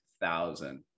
thousand